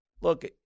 look